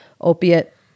opiate